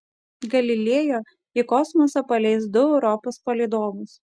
galileo į kosmosą paleis du europos palydovus